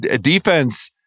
defense